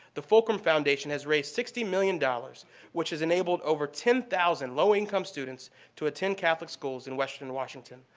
the fulcrum foundation has raised sixty million dollars which has enabled over ten thousand low income students to attend catholic schools in western washington.